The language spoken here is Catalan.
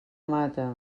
mata